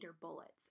bullets